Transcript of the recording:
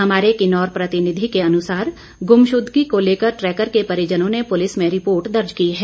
हमारे किन्नौर प्रतिनिधि के अनुसार गुमशुदगी को लेकर ट्रैकर के परिजनों ने पुलिस में रिपोर्ट दर्ज की है